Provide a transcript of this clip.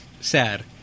sad